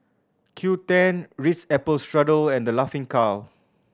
Qoo ten Ritz Apple Strudel and The Laughing Cow